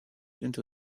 into